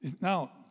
Now